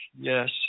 yes